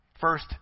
First